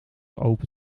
open